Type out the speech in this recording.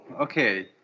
Okay